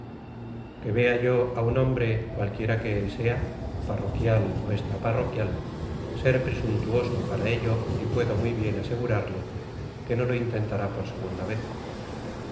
que vea yoá un hombre cualquiera que el sea parro quial ó extra parroquial ser presuntuoso para ello y puedo muy bien asegurarle que no lo intentara por segunda vez